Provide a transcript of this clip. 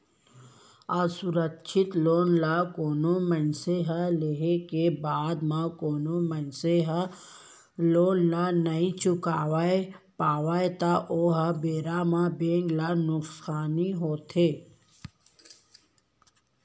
असुरक्छित लोन ल कोनो मनसे ह लेय के बाद म कोनो मनसे ह लोन ल नइ चुकावय पावय त ओ बेरा म बेंक ल नुकसानी होथे